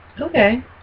Okay